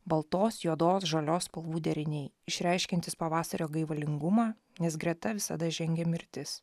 baltos juodos žalios spalvų deriniai išreiškiantys pavasario gaivalingumą nes greta visada žengia mirtis